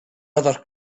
other